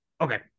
Okay